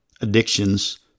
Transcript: addictions